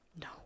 No